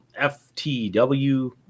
FTW